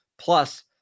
Plus